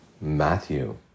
Matthew